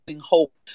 hope